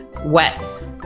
wet